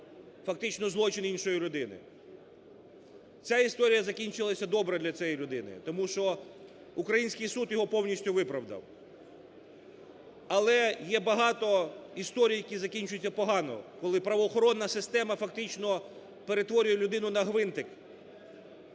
фактично злочин іншої людини. Ця історія закінчилася добре для цієї людини, тому що український суд його повністю виправдав. Але є багато історій, які закінчуються погано, коли правоохоронна система фактично перетворює людину на гвинтик,